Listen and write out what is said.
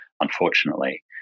unfortunately